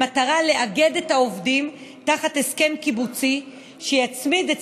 במטרה לאגד את העובדים תחת הסכם קיבוצי שיצמיד את